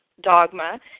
dogma